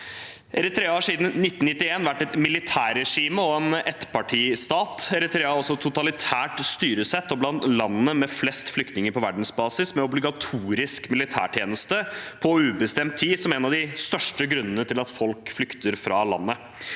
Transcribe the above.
Eritrea har siden 1991 vært et militærregime og en ettpartistat. Eritrea har også totalitært styresett og er blant landene med flest flyktninger på verdensbasis, med obligatorisk militærtjeneste på ubestemt tid som en av de største grunnene til at folk flykter fra landet.